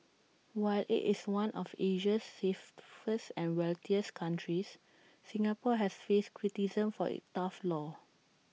while IT is one of Asia's safest and wealthiest countries Singapore has faced criticism for its tough laws